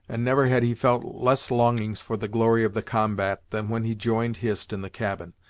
and never had he felt less longings for the glory of the combat, than when he joined hist in the cabin,